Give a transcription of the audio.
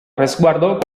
resguardo